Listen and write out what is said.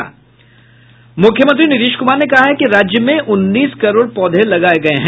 मुख्यमंत्री नीतीश कुमार ने कहा है कि राज्य में उन्नीस करोड़ पौधे लगाये गये हैं